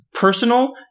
Personal